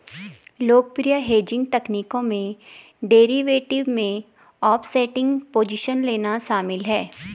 लोकप्रिय हेजिंग तकनीकों में डेरिवेटिव में ऑफसेटिंग पोजीशन लेना शामिल है